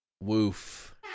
Woof